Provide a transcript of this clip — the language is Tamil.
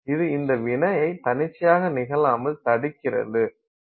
இது அந்த வினையை தன்னிச்சையாக நிகழாமல் தடுக்கிறது